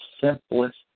simplest